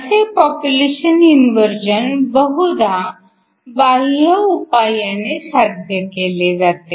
असे population inversion बहुधा बाह्य उपायाने साध्य केले जाते